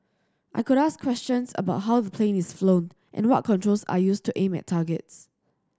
I could ask questions about how the plane is flown and what controls are used to aim at targets